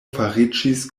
fariĝis